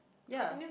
ya